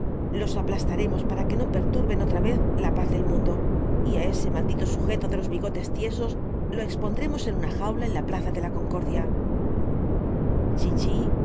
los aplastaremos para que no perturben otra vez la paz del mundo y á ese maldito sujeto de los bigotes tiesos lo expondremos en una jaula en la plaza de la concordia chichi